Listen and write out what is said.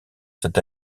cette